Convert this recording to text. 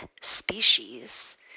species